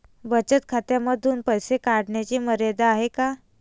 बचत खात्यांमधून पैसे काढण्याची मर्यादा आहे का?